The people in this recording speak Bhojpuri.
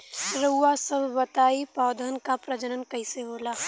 रउआ सभ बताई पौधन क प्रजनन कईसे होला?